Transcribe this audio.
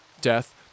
Death